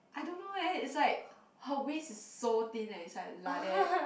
I don't know eh it's like her waist is so thin leh it's like like that